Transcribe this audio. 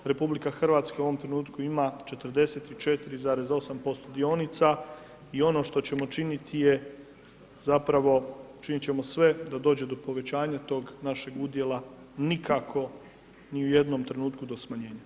RH u ovom trenutku ima 44,8% dionica i ono što ćemo činiti je zapravo, činit ćemo sve da dođe do povećanja tog našeg udjela, nikako ni u jednom trenutku do smanjenja.